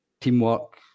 teamwork